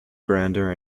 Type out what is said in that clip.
grander